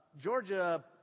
Georgia